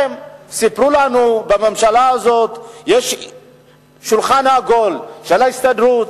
סיפרו שבממשלה הזאת יש שולחן עגול של ההסתדרות,